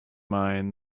mind